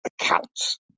accounts